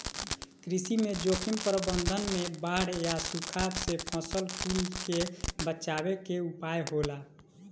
कृषि में जोखिम प्रबंधन में बाढ़ या सुखा से फसल कुल के बचावे के उपाय होला